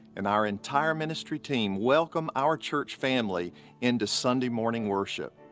and our entire ministry team, welcome our church family into sunday morning worship.